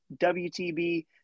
WTB